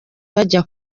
bajya